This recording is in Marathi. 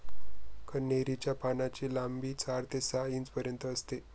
कन्हेरी च्या पानांची लांबी चार ते सहा इंचापर्यंत असते